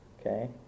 Okay